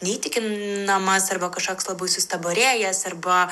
neįtikinamas arba kažkoks labai sustabarėjęs arba